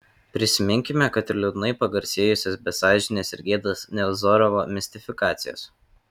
prisiminkime kad ir liūdnai pagarsėjusias be sąžinės ir gėdos nevzorovo mistifikacijas